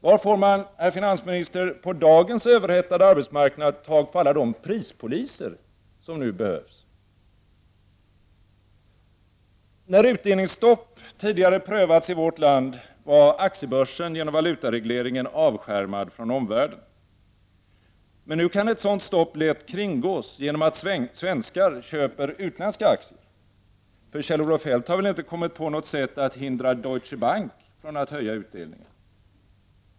Var får man, herr finansminister, på dagens överhettade arbetsmarknad tag på alla de prispoliser som nu behövs? När utdelningsstopp tidigare prövades i vårt land, var aktiebörsen avskärmad från omvärlden genom valutaregleringen. Nu kan ett sådant stopp lätt kringgås genom att svenskar köper utländska aktier. Kjell-Olof Feldt har väl ändå inte kommit på något sätt att hindra Deutsche Bank från att höja sin utdelning?